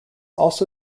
also